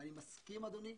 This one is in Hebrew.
ואני מסכים, אדוני,